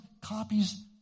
copies